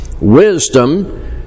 wisdom